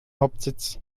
hauptsitz